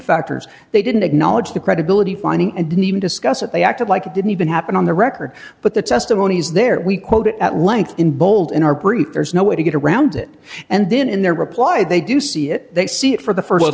factors they didn't acknowledge the credibility finding and didn't even discuss it they acted like it didn't even happen on the record but the testimony is there we quote it at length in bold in our brief there's no way to get around it and then in their reply they do see it they see it for the